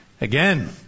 Again